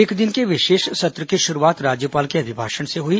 एक दिन के विशेष सत्र की शुरूआत राज्यपाल के अभिभाषण से हुई